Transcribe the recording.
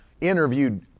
interviewed